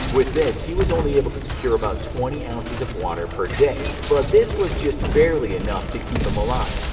with this, he was only able to secure about twenty ounces of water per day, but this was just barely enough to keep him alive.